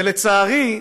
לצערי,